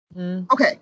Okay